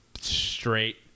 straight